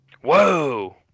whoa